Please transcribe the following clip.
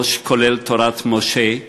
ראש כולל "תורת משה",